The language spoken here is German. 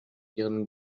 ihren